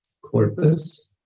corpus